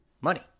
money